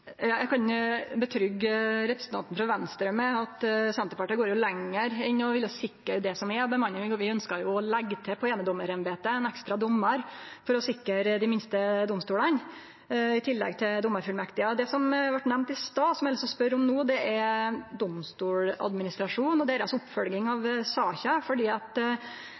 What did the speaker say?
Senterpartiet går lenger enn å ville sikre det som er bemanninga, vi ønskjer å leggje til ein ekstra domar på einedomarembeta, i tillegg til domarfullmektigar, for å sikre dei minste domstolane. Det som vart nemnt i stad, som eg har lyst til å spørje om no, er Domstoladministrasjonen og deira oppfølging av saka,